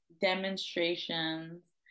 demonstrations